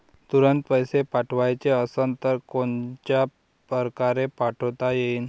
तुरंत पैसे पाठवाचे असन तर कोनच्या परकारे पाठोता येईन?